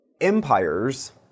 empires